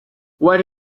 what